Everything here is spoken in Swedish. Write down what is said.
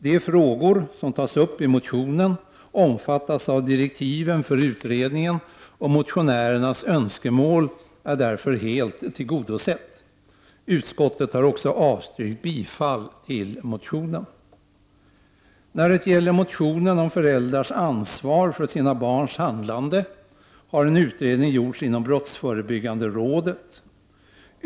De frågor som tas upp i motionen omfattas av direktiven för utredningen, och motionärernas önskemål är därför helt tillgodosett. Utskottet har också avstyrkt bifall till motionen. När det gäller motionen om föräldrars ansvar för sina barns handlande har en utredning gjorts inom brottsförebyggande rådet.